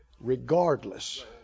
regardless